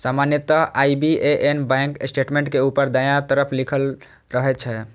सामान्यतः IBAN bank statement के ऊपर दायां तरफ लिखल रहै छै